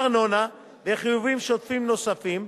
ארנונה וחיובים שוטפים נוספים,